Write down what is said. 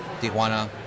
Tijuana